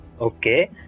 Okay